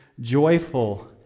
joyful